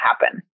happen